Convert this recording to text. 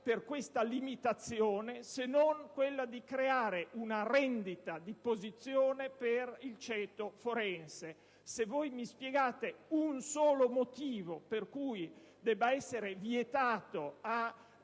per questa limitazione, se non quella di creare una rendita di posizione per il ceto forense. Datemi un solo motivo per cui debba essere vietato a